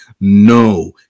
No